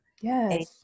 Yes